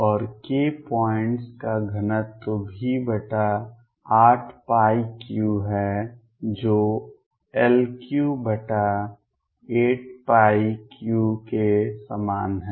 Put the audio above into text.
और k points का घनत्व V83 है जो L383 के समान है